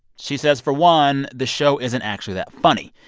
she says, for one, the show isn't actually that funny.